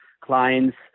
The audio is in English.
clients